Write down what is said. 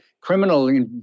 criminal